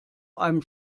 einem